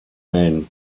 man